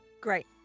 Great